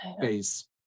face